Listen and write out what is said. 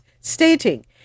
stating